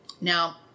Now